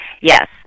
Yes